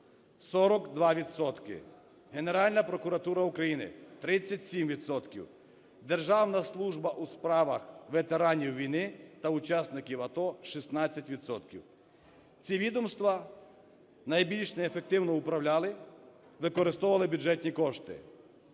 Генеральна прокуратура України – 37 відсотків. Державна служба у справах ветеранів війни та учасників АТО – 16 відсотків. Ці відомства найбільш неефективно управляли, використовували бюджетні кошти,